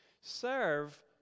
Serve